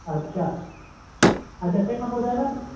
अच्छा अच्छा तंहिंखां पोइ दादा